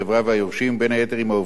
בין היתר על העובדה כי הדין החל על